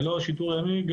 ללא השיטור הימי,